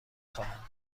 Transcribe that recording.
خواهم